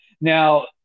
Now